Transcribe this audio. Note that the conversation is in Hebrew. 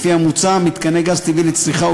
מוצע כי מתקני גז טבעי לצריכה,